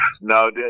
No